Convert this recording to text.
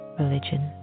religion